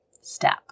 step